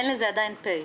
אין לזה עדיין מספר פ'.